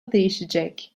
değişecek